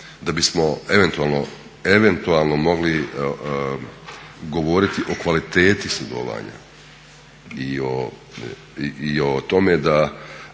da bismo eventualno mogli govoriti o kvaliteti sudovanja i o tome da